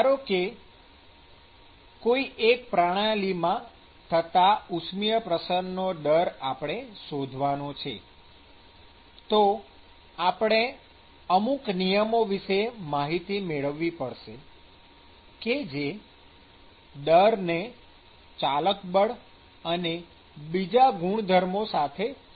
ધારો કે કોઈ એક પ્રણાલીમાં થતાં ઉષ્મિય પ્રસરણનો દર આપણે શોધવો છે તો આપણે અમુક નિયમો વિષે માહિતી મેળવવી પડશે કે જે દર ને ચાલક બળ અને બીજા ગુણધર્મો સાથે સાંકળતા હોય